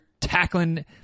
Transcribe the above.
tackling